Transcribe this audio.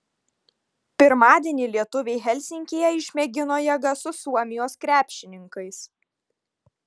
pirmadienį lietuviai helsinkyje išmėgino jėgas su suomijos krepšininkais